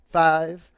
five